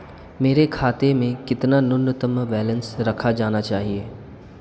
मेरे खाते में कितना न्यूनतम बैलेंस रखा जाना चाहिए?